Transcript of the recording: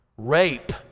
Rape